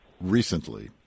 Recently